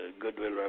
goodwill